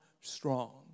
strong